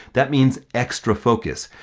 that means extra focus.